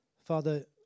Father